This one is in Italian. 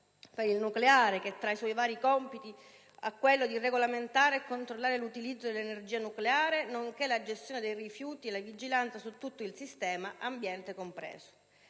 per il nucleare che, tra i suoi vari compiti, ha quello di regolamentare e controllare l'utilizzo dell'energia nucleare nonché la gestione dei rifiuti e la vigilanza su tutto il sistema, ambiente compreso.